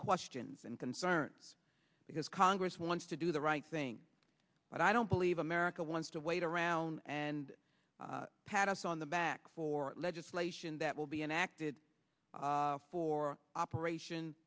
questions and concerns because congress wants to do the right thing but i don't believe america wants to wait around and pat us on the back for legislation that will be enacted for operation